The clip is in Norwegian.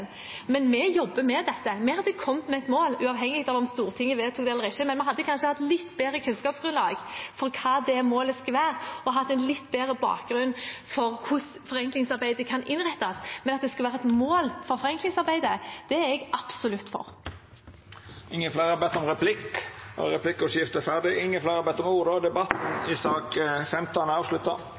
men vi jobber med dette. Vi hadde kommet med et mål uavhengig av om Stortinget vedtok det eller ikke, men vi hadde kanskje hatt litt bedre kunnskapsgrunnlag for hva det målet skulle være, og hatt en litt bedre bakgrunn for hvordan forenklingsarbeidet kan innrettes, men at det skal være et mål for forenklingsarbeidet, er jeg absolutt for. Replikkordskiftet er omme. Fleire har ikkje bedt om ordet til sak nr. 15. Etter ynske frå næringskomiteen vil presidenten ordna debatten